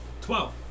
twelve